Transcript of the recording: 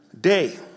day